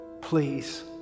Please